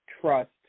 trust